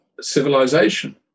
civilization